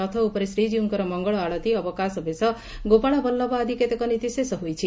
ରଥଉପରେ ଶ୍ରୀଜୀଉଙ୍କର ମଙ୍ଗଳଆଳତି ଅବକାଶ ବେଶ ଗୋପାଳବଲ୍କଭ ଆଦି କେତେକ ନୀତି ଶେଷ ହୋଇଛି